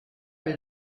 will